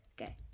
okay